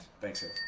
Thanks